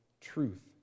truth